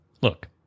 Look